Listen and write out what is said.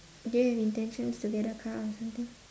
do you have intentions to get a car or something